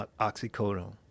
oxycodone